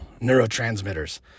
neurotransmitters